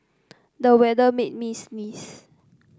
the weather made me sneeze